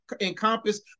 encompass